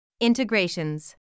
Integrations